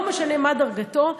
לא משנה מה דרגתו,